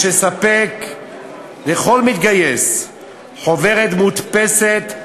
יש לספק לכל מתגייס חוברת מודפסת,